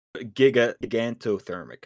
Gigantothermic